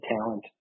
talent